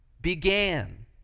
began